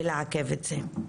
ולעכב את זה.